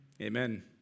Amen